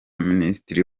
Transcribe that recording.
minisitiri